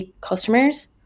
customers